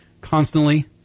constantly